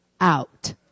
out